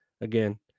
again